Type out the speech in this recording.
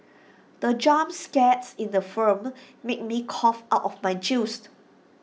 the jump scare in the film made me cough out of my juice